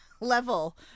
level